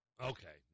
Okay